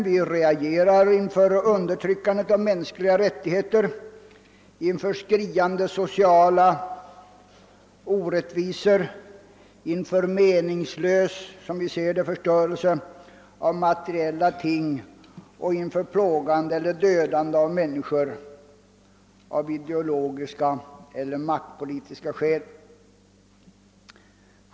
Vi reagerar inför undertryckandet av mänskliga rättigheter, inför skriande sociala orättvisor, inför, som vi ser det, meningslös förstörelse av materiella ting och inför plågande eller dödande av människor av ideologiska eller maktpolitiska skäl.